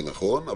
זה נכון,